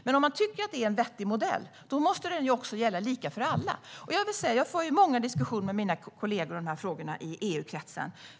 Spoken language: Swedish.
Men om man tycker att det är en vettig modell måste den också gälla för alla. Jag för många diskussioner med mina kollegor i EU-kretsen om dessa frågor.